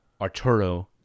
Arturo